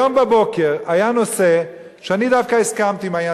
היום בבוקר היה נושא שאני דווקא הסכמתי לו,